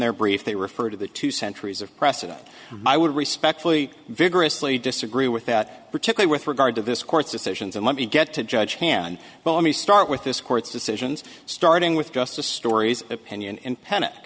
their brief they refer to the two centuries of precedent i would respectfully vigorously disagree with that particular with regard to this court's decisions and let me get to judge hand but let me start with this court's decisions starting with just the stories opinion in panic